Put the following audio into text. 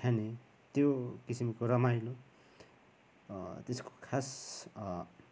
खाने त्यो किसिमको रमाइलो त्यसको खास